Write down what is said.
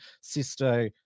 Sisto